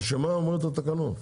מה אומרות התקנות?